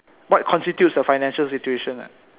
what constitutes a financial situations lah